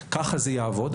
ככה זה יעבוד,